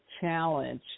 challenge